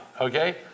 okay